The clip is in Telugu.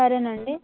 సరే అండి